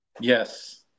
Yes